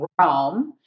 Rome